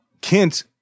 Kent